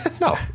No